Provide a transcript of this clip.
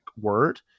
word